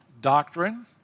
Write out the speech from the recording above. Doctrine